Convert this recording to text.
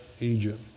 Egypt